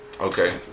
Okay